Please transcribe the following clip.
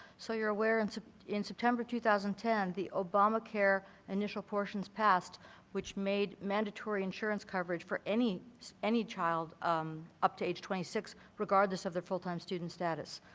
so you're aware and so in september two thousand and ten, the obama care initial portions passed which made mandatory insurance coverage for any any child um up to age twenty six regardless of their full-time student status,